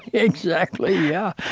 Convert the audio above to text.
exactly, yeah.